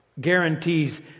guarantees